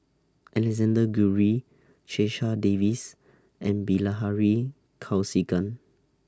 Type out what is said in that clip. Alexander Guthrie Checha Davies and Bilahari Kausikan